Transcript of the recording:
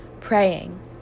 Praying